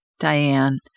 Diane